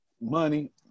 Money